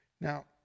Now